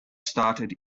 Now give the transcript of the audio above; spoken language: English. started